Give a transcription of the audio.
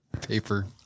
paper